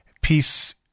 peace